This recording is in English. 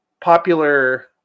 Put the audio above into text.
popular